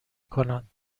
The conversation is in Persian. کنند